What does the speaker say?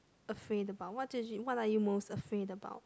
afraid about what what are you most afraid about